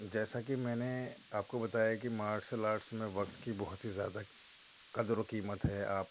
جیسا کہ میں نے آپ کو بتایا کہ مارشل آرٹس میں وقت کی بہت ہی زیادہ قدر و قیمت ہے آپ